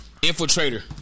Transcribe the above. Infiltrator